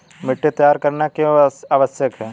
मिट्टी तैयार करना क्यों आवश्यक है?